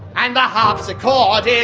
and um like um ah the